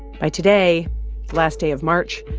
by today, the last day of march,